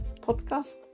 podcast